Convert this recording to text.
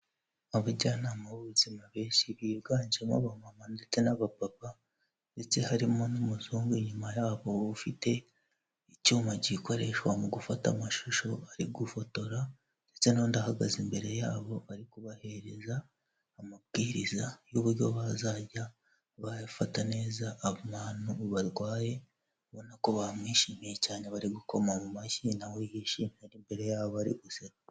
Abajyanama b'ubuzima benshi biganjemo aba mama ndetse n'aba papa, ndetse harimo n'umuzungu; inyuma yaho ufite icyuma gikoreshwa mu gufata amashusho, ari gufotora ndetse n'undi ahagaze imbere yabo ari kubahereza amabwiriza y'uburyo bazajya bafata neza abantu barwaye, ubona ko bamwishimiye cyane bari gukoma mu mashyi nawe yishimye imbere yabo ari guseka.